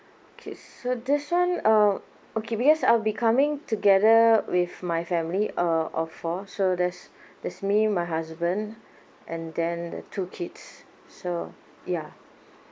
okay so this one uh okay because I'll be coming together with my family uh of four so there's there's me my husband and then the two kids so ya